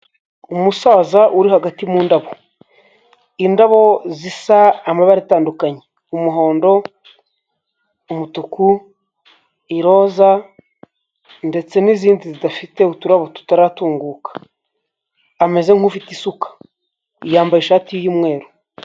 Umusaza uri hagati mu ndabo. indabo zisa amabara atandukanye umuhondo, umutuku, iroza ndetse n'izindi zidafite uturabo tutaratunguka, ameze nk'ufite isuka yambaye ishati y'umweru.